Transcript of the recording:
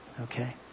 Okay